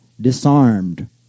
disarmed